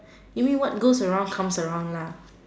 you mean what goes around comes around lah